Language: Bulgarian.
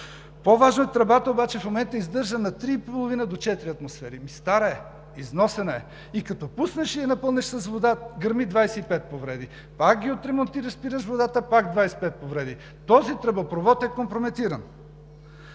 По-важна е тръбата обаче. В момента издържа на 3,5 до 4 атмосфери – ами стара е, износена е. И като пуснеш и я напълниш с вода, гърмят 25 повреди. Пак ги отремонтираш, спираш водата – пак 25 повреди. Този тръбопровод е компрометиран.